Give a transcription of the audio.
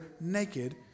naked